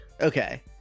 Okay